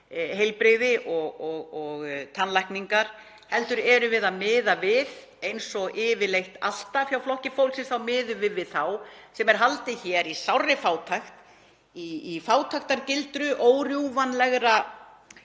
tannheilbrigði og tannlækningar heldur erum við að miða við, eins og yfirleitt alltaf hjá Flokki fólksins, þá sem er haldið hér í sárri fátækt, í fátæktargildru órjúfanlegrar